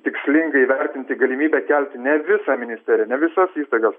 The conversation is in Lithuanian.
tikslinga įvertinti galimybę kelti ne visą ministeriją ne visas įstaigas